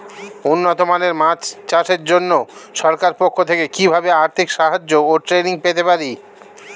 উন্নত মানের মাছ চাষের জন্য সরকার পক্ষ থেকে কিভাবে আর্থিক সাহায্য ও ট্রেনিং পেতে পারি?